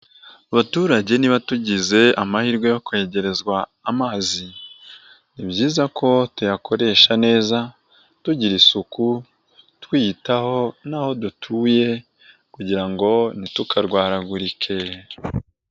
Abaturage niba tugize amahirwe yo kwegerezwa amazi, ni byiza ko tuyakoresha neza tugira isuku twiyitaho n'aho dutuye kugira ngo ntitukarwaragurike.